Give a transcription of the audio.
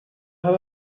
have